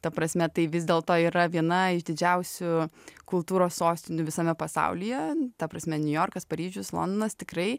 ta prasme tai vis dėlto yra viena iš didžiausių kultūros sostinių visame pasaulyje ta prasme niujorkas paryžius londonas tikrai